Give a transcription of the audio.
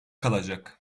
kalacak